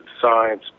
science